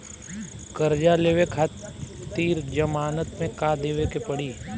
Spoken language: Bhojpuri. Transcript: कर्जा लेवे खातिर जमानत मे का देवे के पड़ी?